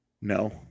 No